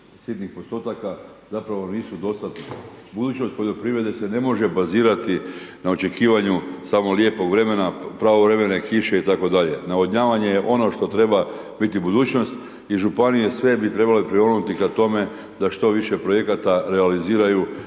sitnih postotaka, zapravo nisu dostatni. Budućnost poljoprivrede se ne može bazirati na očekivanju samog lijepog vremena, pravovremene kiše itd. Navodnjavanje je ono što treba biti budućnost i županije sve bi trebale prionuti ka tome da što više projekata realiziraju